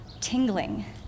tingling